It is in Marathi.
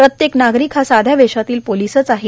प्रत्येक नागरिक हा साध्या वेशातील पोलीसच आहे